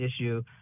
issue